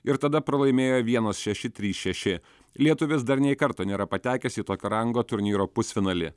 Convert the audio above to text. ir tada pralaimėjo vienas šeši trys šeši lietuvis dar nė karto nėra patekęs į tokio rango turnyro pusfinalį